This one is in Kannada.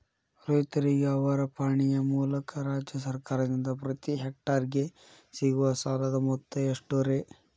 ರೈತರಿಗೆ ಅವರ ಪಾಣಿಯ ಮೂಲಕ ರಾಜ್ಯ ಸರ್ಕಾರದಿಂದ ಪ್ರತಿ ಹೆಕ್ಟರ್ ಗೆ ಸಿಗುವ ಸಾಲದ ಮೊತ್ತ ಎಷ್ಟು ರೇ?